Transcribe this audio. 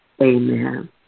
amen